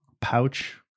pouch